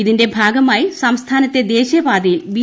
ഇതിന്റെ ഭാഗമായി സംസ്ഥാനത്തെ ദേശീയപാതകൾ ബി